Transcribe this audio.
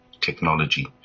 technology